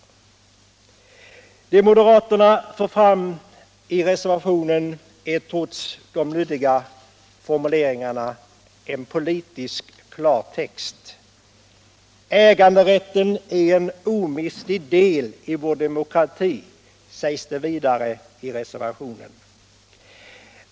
Det moderaterna för fram i reservationen är trots de luddiga formuleringarna politisk klartext. Äganderätten är en omistlig del i vår demokrati, sägs det vidare i reservationen.